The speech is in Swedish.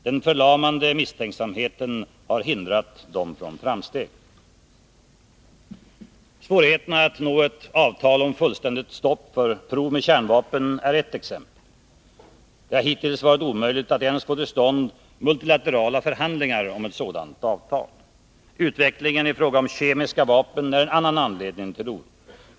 Den förlamande misstänksamheten har hindrat dem från framsteg. Svårigheterna att nå ett avtal om fullständigt stopp för prov med kärnvapen är ett exempel. Det har hittills varit omöjligt att ens få till stånd multilaterala förhandlingar om ett sådant avtal. Utvecklingen i fråga om kemiska vapen är en annan anledning till oro.